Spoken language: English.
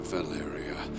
Valeria